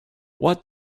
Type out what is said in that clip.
what